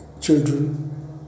children